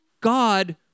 God